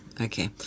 Okay